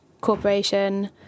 corporation